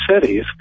cities